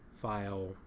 file